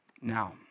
now